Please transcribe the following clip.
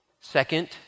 second